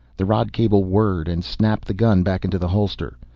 the rod-cable whirred and snapped the gun back into the holster.